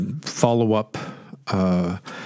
follow-up